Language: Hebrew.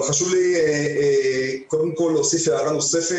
אבל חשוב לי קודם כל להוסיף הערה נוספת